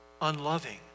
unloving